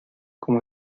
como